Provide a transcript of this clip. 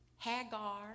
Hagar